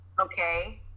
Okay